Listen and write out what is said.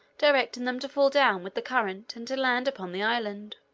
directing them to fall down with the current, and to land upon the island.